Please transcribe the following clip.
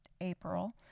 April